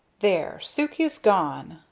there! sukey's gone!